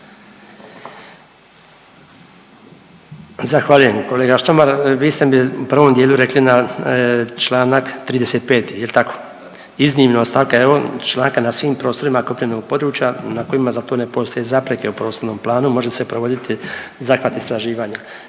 Zahvaljujem kolega Štromar. Vi ste mi u prvom dijelu rekli na čl. 35. jel tako? Iznimno od stavka je on na članka na svim prostorima kopnenog područja na kojima za to ne postoje zapreke u prostornom planu može se provoditi zahvat istraživanja.